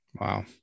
Wow